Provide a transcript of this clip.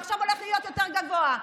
זה הולך להיות יותר גבוה עכשיו.